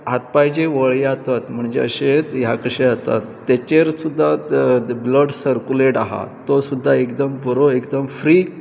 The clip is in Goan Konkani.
हातपांय जे वळी आसत म्हणजे अशे ह्या कशे जातत तेचेर सुद्दां ब्लड सरकुलेट आसा तो सुद्दां एकदम बरो एकदम फ्री